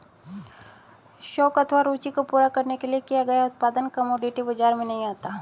शौक अथवा रूचि को पूरा करने के लिए किया गया उत्पादन कमोडिटी बाजार में नहीं आता